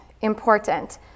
important